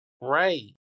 Right